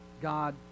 God